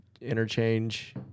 interchange